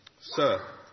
Sir